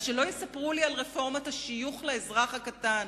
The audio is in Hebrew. אז שלא יספרו לי על רפורמת השיוך לאזרח הקטן.